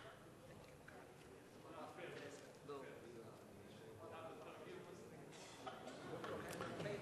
חוק רשות מקרקעי ישראל (תיקון מס' 9),